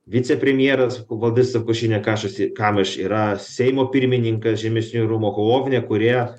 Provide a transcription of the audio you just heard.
vicepremjeras hugo visap košinė kašosi kavaš yra seimo pirmininkas žemesnių rūmų kologinė kurie